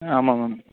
ஆமாங்க மேம்